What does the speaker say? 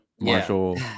Marshall